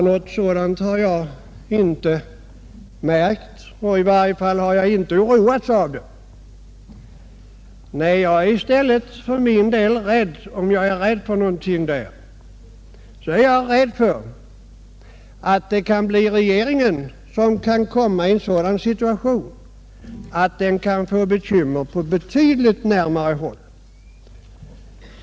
Något sådant har jag inte märkt, i varje fall inte så mycket att jag oroats av det. Om jag är rädd för någonting, så är det för att regeringen kan komma i en sådan situation att den kan få bekymmer på betydligt närmare håll.